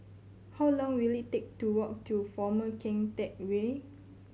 how long will it take to walk to Former Keng Teck Whay